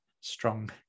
strong